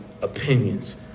opinions